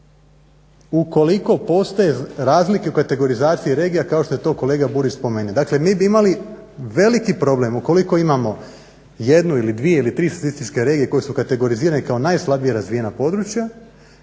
ukoliko postoje razlike u kategorizaciji regija kao što je to kolega Burić spomenuo. Dakle mi bi imali veliki problem ukoliko imamo jednu ili dvije ili tri statističke regije koje su kategorizirane kao najslabije razvijena područja